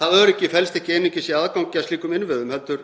Það öryggi felst ekki einungis í aðgangi að slíkum innviðum heldur